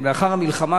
המלחמה,